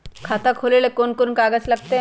खाता खोले ले कौन कौन कागज लगतै?